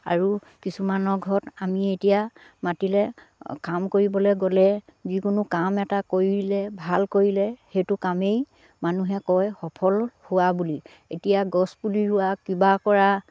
আৰু কিছুমানৰ ঘৰত আমি এতিয়া মাতিলে কাম কৰিবলে গ'লে যিকোনো কাম এটা কৰিলে ভাল কৰিলে সেইটো কামেই মানুহে কয় সফল হোৱা বুলি এতিয়া গছ পুলি ৰোৱা কিবা কৰা